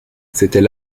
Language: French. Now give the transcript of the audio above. c’était